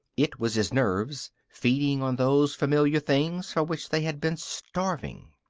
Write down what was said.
it was his nerves, feeding on those familiar things for which they had been starving.